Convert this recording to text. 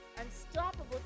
unstoppable